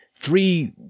three